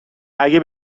اگه